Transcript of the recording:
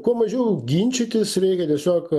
kuo mažiau ginčytis reikia tiesiog